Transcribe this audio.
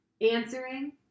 Answering